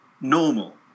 normal